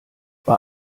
bei